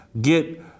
get